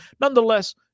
Nonetheless